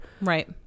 right